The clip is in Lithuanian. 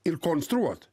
ir konstruot